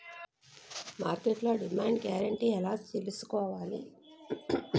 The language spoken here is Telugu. మార్కెట్లో డిమాండ్ గ్యారంటీ ఎలా తెల్సుకోవాలి?